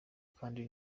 kandi